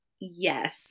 Yes